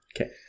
Okay